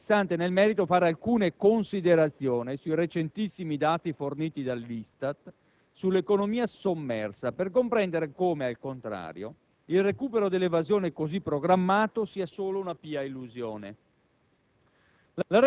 credo sia interessante fare nel merito alcune considerazione sui recenti dati forniti dall'ISTAT sull'economia sommersa, per comprendere come, al contrario, il recupero dell'evasione così programmato sia solo una pia illusione.